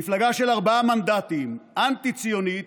מפלגה של ארבעה מנדטים, אנטי-ציונית,